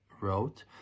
wrote